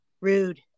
rude